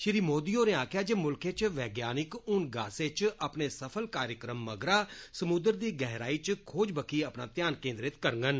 श्री मोदी होरें आक्खेआ जे मुल्खै च वैज्ञानिक हुन गासै इच सफल कार्यक्रम मगरा समुंद्र दी गहराई इच अपने खोज बक्खी अपना घ्यान केन्द्रीत करङन